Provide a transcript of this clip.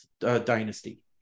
dynasty